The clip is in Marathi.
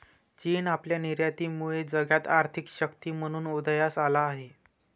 चीन आपल्या निर्यातीमुळे जगात आर्थिक शक्ती म्हणून उदयास आला आहे